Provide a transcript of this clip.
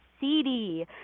CD